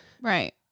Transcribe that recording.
right